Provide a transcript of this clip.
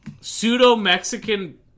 pseudo-Mexican